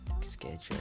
schedule